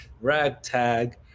ragtag